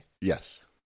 Yes